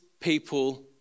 people